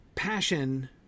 Passion